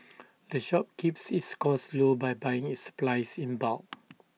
the shop keeps its costs low by buying its supplies in bulk